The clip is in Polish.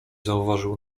zauważył